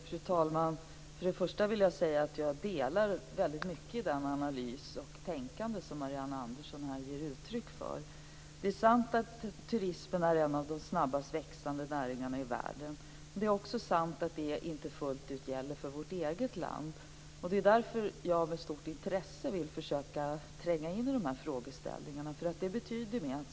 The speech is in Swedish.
Fru talman! Till att börja med vill jag säga att jag instämmer i den analys och det tänkande som Marianne Andersson här ger uttryck för. Det är sant att turismen är en av de snabbast växande näringarna i världen. Men det är också sant att detta inte fullt ut gäller för vårt eget land. Det är därför som jag med stort intresse försöker att tränga in i dessa frågeställningar.